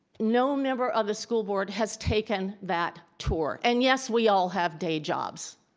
no member of the school board has taken that tour, and yes, we all have day jobs.